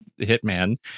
Hitman